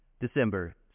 December